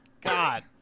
God